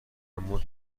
اما